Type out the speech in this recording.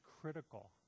critical